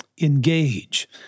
engage